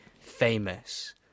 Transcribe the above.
famous